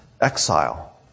exile